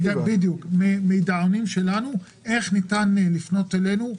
פיזרנו מידעונים שלנו לגבי איך ניתן לפנות אלינו.